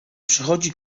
przychodzi